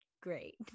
great